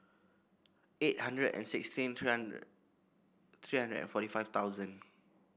eight hundred and sixteen three hundred and forty five thousand